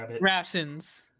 rations